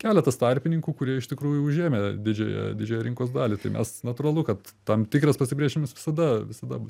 keletas tarpininkų kurie iš tikrųjų užėmę didžiąją didžiąją rinkos dalį tai mes natūralu kad tam tikras pasipriešinimas visada visada bus